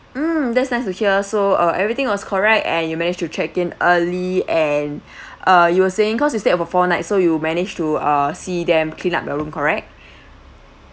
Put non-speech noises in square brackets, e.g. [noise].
mm that's nice to hear so uh everything was correct and you managed to check in early and [breath] uh you were saying cause you stayed about four night so you manage to uh see them clean up the room correct